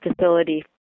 facility